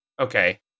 okay